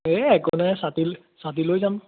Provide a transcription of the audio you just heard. এ একো নাই ছাতি ছাতি লৈ যাম